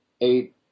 eight